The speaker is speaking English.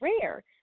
rare